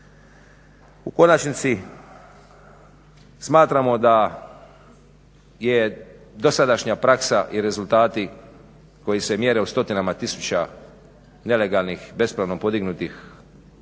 U konačnici smatramo da je dosadašnja praksa i rezultati koji se mjere u stotinama tisućama nelegalnih bespravno podignutih